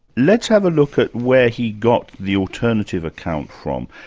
let's have a look at where he got the alternative account from.